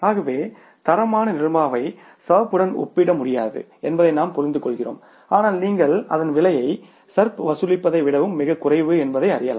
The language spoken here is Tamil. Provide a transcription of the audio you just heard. ஆகவே தரமான நிர்மாவை சர்ப் உடன் ஒப்பிடமுடியாது என்பதை நாம் புரிந்துகொள்கிறோம் ஆனால் நீங்கள் அதன் விலை சர்ப் வசூலிப்பதை விடவும் மிகக் குறைவு என்பதை அறியலாம்